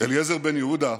אליעזר בן יהודה,